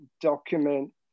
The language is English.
document